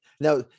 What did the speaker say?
now